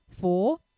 Four